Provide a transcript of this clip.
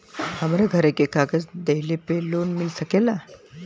हमरे घरे के कागज दहिले पे लोन मिल सकेला?